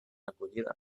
acollida